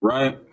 Right